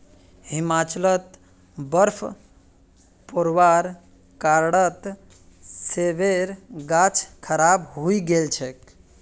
हिमाचलत बर्फ़ पोरवार कारणत सेबेर गाछ खराब हई गेल छेक